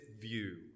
view